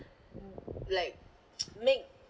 like make